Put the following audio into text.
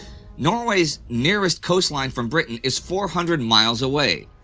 norway's nearest coastline from britain is four hundred miles away.